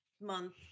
month